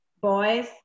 Boys